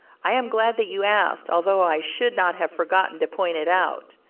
i am glad that you asked, although i should not have forgotten to point it out.